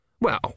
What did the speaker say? Well